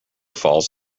falls